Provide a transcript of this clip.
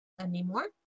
anymore